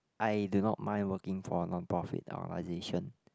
I do not mind working for a non profit organization